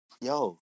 yo